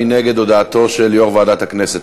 מי נגד הודעתו של יושב-ראש ועדת הכנסת?